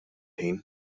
ħin